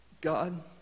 God